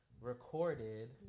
recorded